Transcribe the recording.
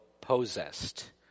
possessed